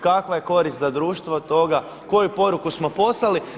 Kakva je korist za društvo od toga, koju poruku smo poslali?